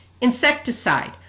Insecticide